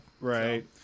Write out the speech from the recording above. right